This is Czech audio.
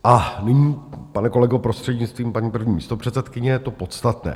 A nyní, pane kolego, prostřednictvím paní první místopředsedkyně, to podstatné.